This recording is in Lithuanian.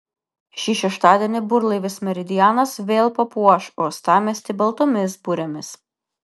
šį šeštadienį burlaivis meridianas vėl papuoš uostamiestį baltomis burėmis